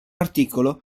articolo